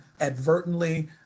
advertently